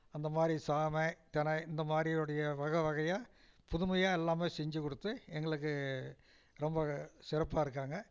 அந்த மாதிரி சாமை தினை இந்த மாதிரியுடைய வகைவகையா புதுமையாக எல்லாமே செஞ்சுக் கொடுத்து எங்களுக்கு ரொம்பவே சிறப்பாக இருக்காங்க